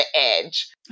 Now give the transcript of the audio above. edge